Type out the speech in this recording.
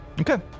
Okay